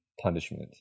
punishment